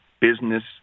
business